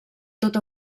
tot